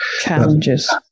challenges